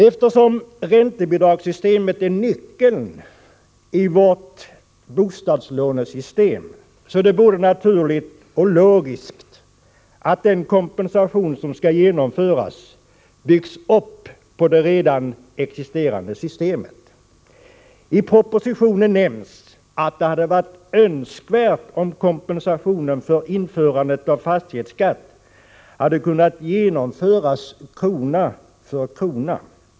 Eftersom räntebidragssystemet är nyckeln i vårt bostadslånesystem är det både naturligt och logiskt att den kompensation som skall genomföras byggs upp på basis av det redan existerande systemet. I propositionen nämns att det hade varit önskvärt att kompensationen för införandet av fastighetsskatt hade kunnat genomföras krona för krona.